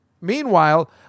meanwhile